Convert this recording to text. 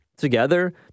together